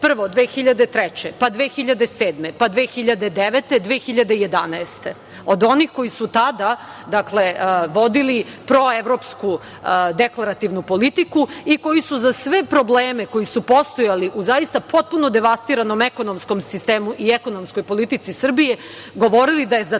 Srbije 2003, pa 2007, pa 2009, 2011. godine od onih koji su tada vodili proevropsku deklarativnu politiku i koji su za sve probleme, koji su postojali u potpuno devastiranom ekonomskom sistemu i ekonomskoj politici Srbije, govorili da je za